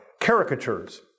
caricatures